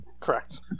Correct